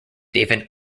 david